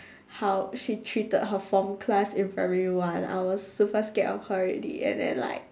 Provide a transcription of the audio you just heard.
how she treated her form class in primary one I was super scared of her already and then like